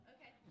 Okay